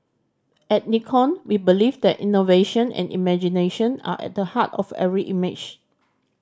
at Nikon we believe that innovation and imagination are at the heart of every image